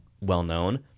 well-known